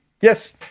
yes